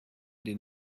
den